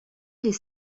les